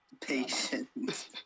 Patience